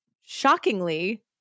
shockingly